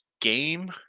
game